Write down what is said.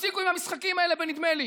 תפסידו את המשחקים האלה בנדמה לי: